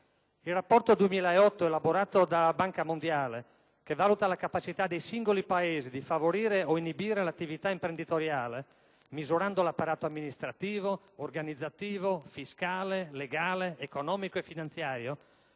Il rapporto 2008 elaborato dalla Banca mondiale, che valuta la capacità dei singoli Paesi di favorire o inibire l'attività imprenditoriale misurando l'apparato amministrativo, organizzativo, fiscale, legale, economico e finanziario,